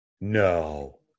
no